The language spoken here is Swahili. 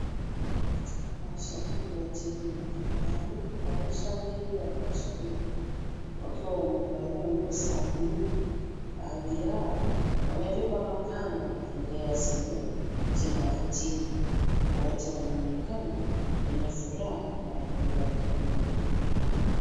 Mashabiki wa timu ya Bandari wanashangilia kwa shauku wakiwa wamevalia nguo za bluu. Baadhi yao wamebeba mabango na bendera zenye jina la timu. wote wanaonekana wenye furaha na wanainua mikono juu.